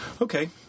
Okay